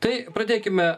tai pradėkime